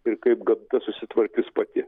ir kaip gamta susitvarkys pati